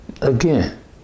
Again